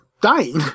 dying